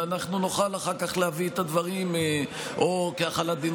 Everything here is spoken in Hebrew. ואנחנו נוכל אחר כך להביא את הדברים או כהחלת דין